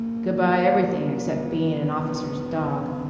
g'by, everything except bein' an officer's dog.